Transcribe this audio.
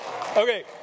Okay